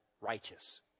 righteous